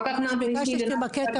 מהשפה